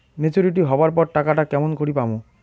Maturity হবার পর টাকাটা কেমন করি পামু?